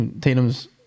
Tatum's